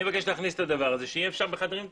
אני מבקש להכניס את זה, שאפשר יהיה בחדרים טכניים.